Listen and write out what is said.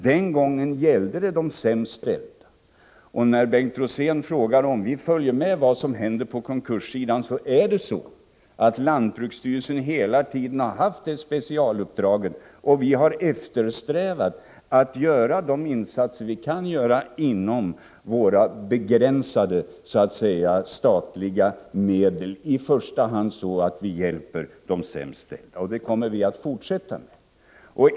Den gången gällde det de sämst ställda. Bengt Rosén frågar om vi följer med vad som händer på konkurssidan. Jag konstaterar att lantbruksstyrelsen hela tiden har haft detta som specialuppdrag. Vi har eftersträvat att göra de insatser vi kan göra inom ramen för våra begränsade statliga medel —i första hand så att vi hjälper de sämst ställda. Det kommer vi att fortsätta med.